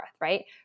right